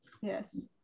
yes